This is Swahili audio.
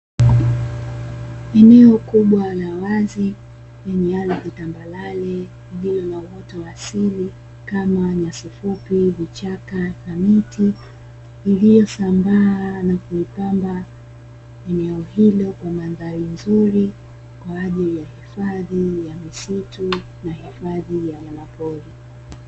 Eneo kubwa la wazi limelala kitambarare juu ya uoto wa asili kama nyasi fupi, vichaka na miti iliyosambaa na kuipamba eneo hilo kwa mandhari nzuri kwa ajili ya hifadhi ya misitu na hifadhi ya wanyama pori.